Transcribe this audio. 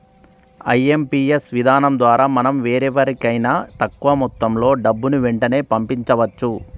IMPS విధానం ద్వారా మనం వేరెవరికైనా తక్కువ మొత్తంలో డబ్బుని వెంటనే పంపించవచ్చు